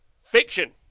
Fiction